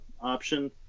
option